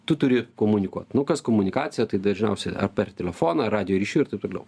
tu turi komunikuot nu kas komunikacija tai dažniausia per telefoną radijo ryšiu ir taip toliau